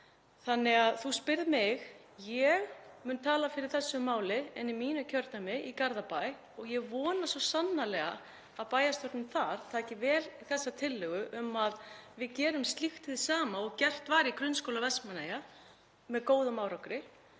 færni. Þú spyrð mig. Ég mun tala fyrir þessu máli í mínu kjördæmi í Garðabæ og ég vona svo sannarlega að bæjarstjórnin þar taki vel í þessa tillögu um að við gerum slíkt hið sama og gert var í Grunnskóla Vestmannaeyja með góðum árangri.